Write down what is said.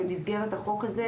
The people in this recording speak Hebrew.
במסגרת החוק הזה,